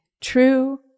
true